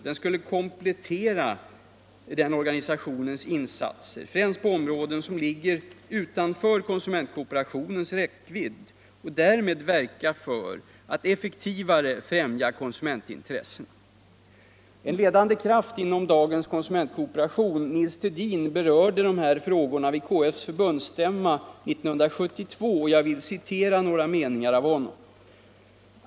De skulle komplettera den organisationens insatser, främst på områden som ligger utom konsumentkooperationens räckvidd, och därmed verka för att effektivare främja konsumentintressena. En ledande kraft inom dagens konsumentkooperation, Nils Thedin, berörde de här frågorna vid KF:s förbundsstämma 1972. Jag vill citera några meningar ur hans anförande.